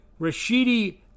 Rashidi